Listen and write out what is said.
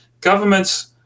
governments